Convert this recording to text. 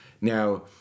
Now